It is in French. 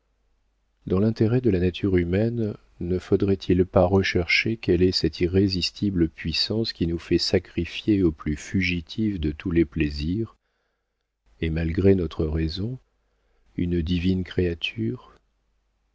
dans l'intérêt de la nature humaine ne faudrait-il pas rechercher quelle est cette irrésistible puissance qui nous fait sacrifier au plus fugitif de tous les plaisirs et malgré notre raison une divine créature